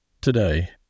today